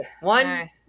one